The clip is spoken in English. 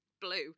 blue